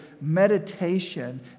meditation